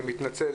אני מתנצל,